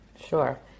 Sure